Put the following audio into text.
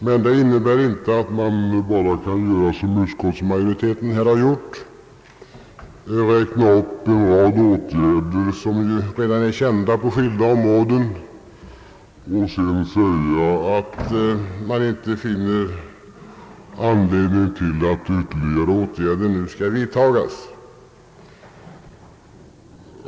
Detta innebär emellertid inte att man bara kan göra som utskottsmajoriteten har gjort, nämligen räkna upp en rad åtgärder på skilda områden som redan är kända och sedan säga att man inte finner anledning att ytterligare åtgärder nu skall vidtas.